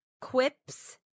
quips